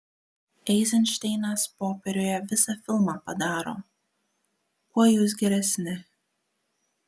eizenšteinas popieriuje visą filmą padaro kuo jūs geresni